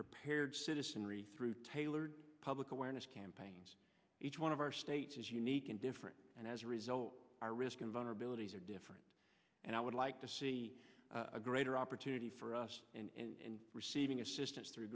prepared citizenry through tailored public awareness campaigns each one of our states is unique and different and as a result our risk and vulnerabilities are different and i would like to see a greater opportunity for us and receiving assistance through